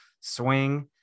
swing